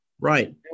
Right